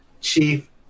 Chief